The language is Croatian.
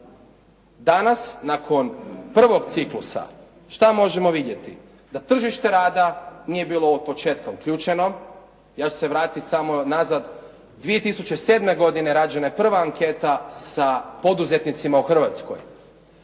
Danas, nakon prvog ciklusa, što možemo vidjeti? Da tržište rada nije bilo od početka uključeno. Ja ću se vratiti samo nazad, 2007. godine rađena je prva anketa sa poduzetnicima u Hrvatskoj.